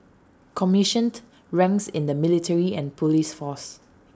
commissioned ranks in the military and Police force